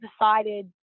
decided